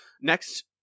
Next